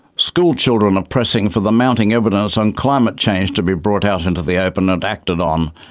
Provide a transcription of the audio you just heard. schoolchildren are pressing for the mounting evidence on climate change to be brought out into the open and acted um